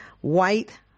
white